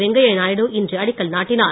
வெங்கைய நாயுடு இன்று அடிக்கல் நாட்டினார்